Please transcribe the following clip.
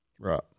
Right